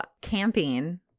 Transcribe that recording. camping